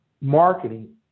marketing